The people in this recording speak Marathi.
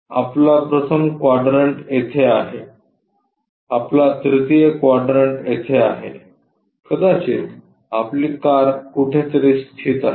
आपला प्रथम क्वाड्रन्ट येथे आहे आपला तृतीय क्वाड्रन्ट येथे आहे कदाचित आपली कार कुठेतरी स्थित आहे